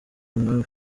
umwami